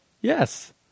Yes